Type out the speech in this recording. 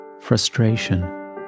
Frustration